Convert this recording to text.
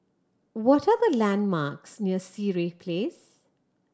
what are the landmarks near Sireh Place